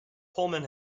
pullman